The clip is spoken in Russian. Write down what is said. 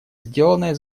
сделанное